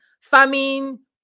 Famine